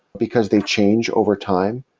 because they change over time.